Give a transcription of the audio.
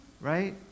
Right